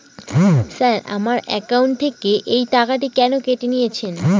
Sir আমার account থেকে এই টাকাটি কেন কেটে নিয়েছেন?